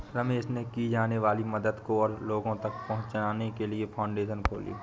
रमेश ने की जाने वाली मदद को और लोगो तक पहुचाने के लिए फाउंडेशन खोली